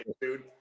dude